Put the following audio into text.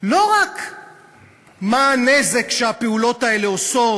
לא רק מה הנזק שהפעולות האלה עושות,